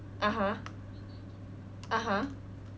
(uh huh) (uh huh)